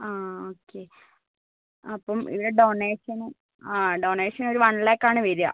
ആ ഓക്കെ അപ്പം ഇവിടെ ഡോണേഷനോ ആ ഡോണേഷൻ ഒരു വൺ ലാക്ക് ആണ് വരുക